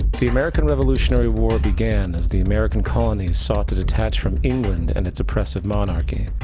the american revolutionary war began, as the american colonies sought to detach from england, and it's oppressive monarchy.